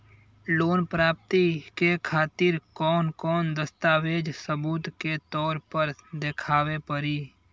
Loan प्राप्ति के खातिर कौन कौन दस्तावेज सबूत के तौर पर देखावे परी?